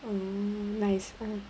mm nice nice